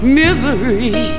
misery